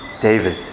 David